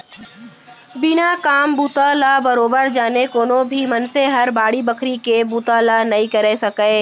बिना काम बूता ल बरोबर जाने कोनो भी मनसे हर बाड़ी बखरी के बुता ल नइ करे सकय